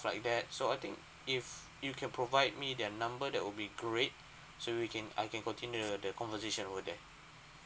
like that so I think if you can provide me their number that will be great so we can I can continue the the conversation over there